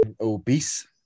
obese